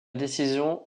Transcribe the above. décision